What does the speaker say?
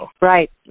Right